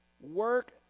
work